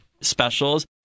specials